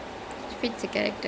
ya that's true